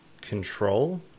control